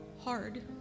hard